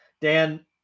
Dan